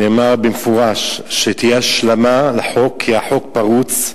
נאמר במפורש שתהיה השלמה לחוק כי החוק פרוץ,